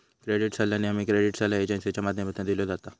credit सल्ला नेहमी credit सल्ला एजेंसींच्या माध्यमातना दिलो जाता